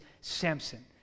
Samson